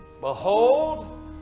Behold